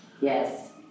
Yes